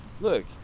Look